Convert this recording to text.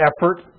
effort